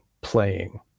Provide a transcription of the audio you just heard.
playing